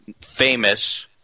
famous